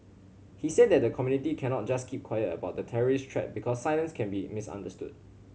he said that the community cannot just keep quiet about the terrorist threat because silence can be misunderstood